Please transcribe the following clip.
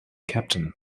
captain